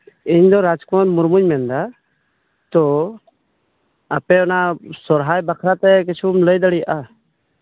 ᱤᱧ ᱫᱚ ᱨᱟᱡᱽ ᱠᱩᱢᱟᱨ ᱢᱩᱨᱢᱩᱧ ᱞᱟᱹᱭ ᱫᱟ ᱛᱚ ᱟᱯᱮ ᱚᱱᱟ ᱥᱚᱨᱦᱟᱭ ᱵᱟᱠᱷᱨᱟ ᱛᱮ ᱠᱤᱪᱷᱩᱢ ᱞᱟᱹᱭ ᱫᱟᱲᱮᱭᱟᱜᱼᱟ